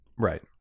Right